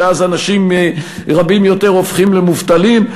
ואז אנשים רבים יותר הופכים למובטלים,